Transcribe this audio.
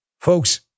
Folks